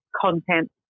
content